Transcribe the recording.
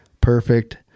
perfect